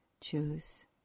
choose